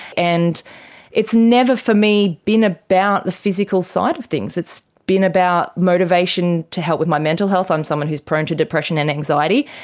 and never for me been about the physical side of things, it's been about motivation to help with my mental health, i'm someone who is prone to depression and anxiety,